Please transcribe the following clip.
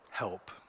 help